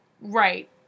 Right